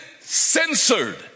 censored